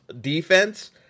defense